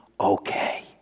okay